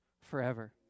forever